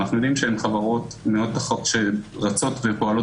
שאנחנו יודעים שהן חברות שרצות ופועלות